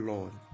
Lord